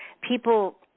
people